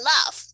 Love